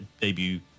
debut